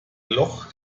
loch